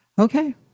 okay